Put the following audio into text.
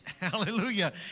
Hallelujah